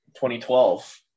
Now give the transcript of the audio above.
2012